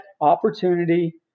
opportunity